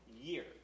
year